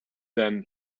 then